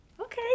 okay